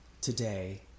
today